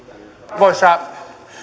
arvoisa